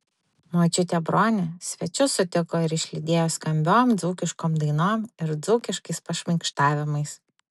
močiutė bronė svečius sutiko ir išlydėjo skambiom dzūkiškom dainom ir dzūkiškais pašmaikštavimais